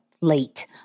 late